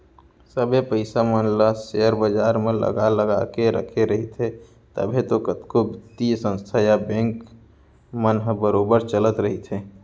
सबे पइसा मन ल सेयर बजार म लगा लगा के रखे रहिथे तभे तो कतको बित्तीय संस्था या बेंक मन ह बरोबर चलत रइथे